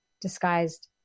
disguised